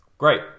Great